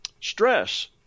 stress